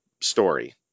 story